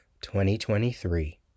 2023